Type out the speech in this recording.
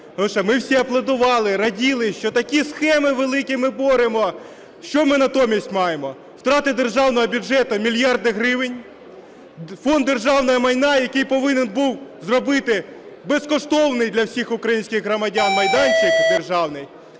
Ми всі аплодували, раділи, що такі схеми великі ми боремо. Що ми натомість маємо? Втрати державного бюджету мільярди гривень. Фонд державного майна, який повинен був зробити безкоштовний для всіх українських громадян майданчик державний,